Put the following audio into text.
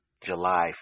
July